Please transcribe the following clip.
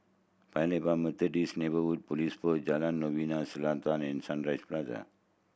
Paya Lebar Neighbourhood Police Post Jalan Novena Selatan and Sunshine Place